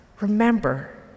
Remember